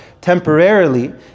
temporarily